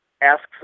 asks